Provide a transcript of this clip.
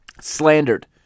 slandered